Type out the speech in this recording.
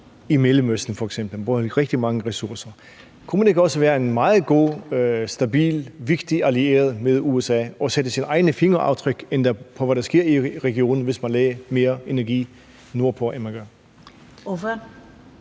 Mellemøsten. Der bruger man rigtig mange ressourcer. Kunne man ikke også være en meget god, stabil og vigtig allieret med USA og endda sætte sine egne fingeraftryk på, hvad der sker i regionen, hvis man lagde mere energi nordpå, end man gør?